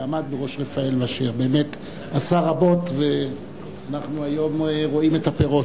שעמד בראש רפא"ל ואשר עשה רבות ואנחנו רואים היום את הפירות.